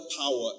power